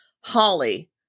Holly